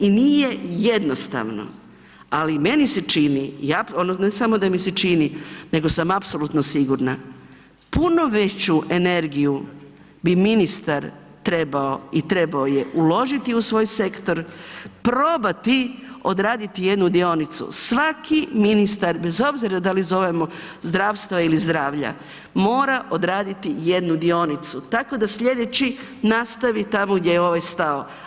I nije jednostavno ali meni se čini, ne samo da mi se čini nego sam apsolutno sigurna, puno veću energiju bi ministar trebao i trebao je uložiti u svoj sektor, probati odraditi jednu dionicu, svaki ministar bez obzira da li zovemo zdravstva ili zdravlja mora odraditi jednu dionicu tako da sljedeći nastavi tamo gdje je ovaj stao.